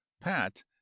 pat